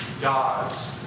God's